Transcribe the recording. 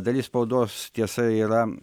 dalis spaudos tiesa yra